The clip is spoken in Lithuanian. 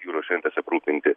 jūros šventės aprūpinti